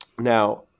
Now